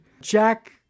Jack